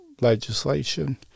Legislation